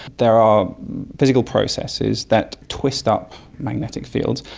there are physical processes that twist up magnetic fields.